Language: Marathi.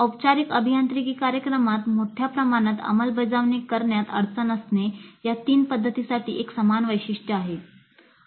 औपचारिक अभियांत्रिकी कार्यक्रमात मोठ्या प्रमाणात अंमलबजावणी करण्यात अडचण असणे या तिन्ही पध्दतींसाठी एक सामान्य वैशिष्ट्य आहे